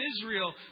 Israel